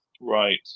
Right